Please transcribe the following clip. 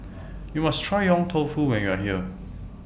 YOU must Try Yong Tau Foo when YOU Are here